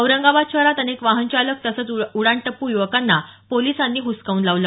औरंगाबाद शहरात अनेक वाहनचालक तसंच उडाणटप्पू युवकांना पोलिसांनी हसकावून लावलं